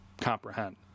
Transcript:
comprehend